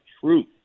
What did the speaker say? truth